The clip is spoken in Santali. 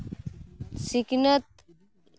ᱥᱤᱠᱷᱱᱟᱹᱛ